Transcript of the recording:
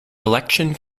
election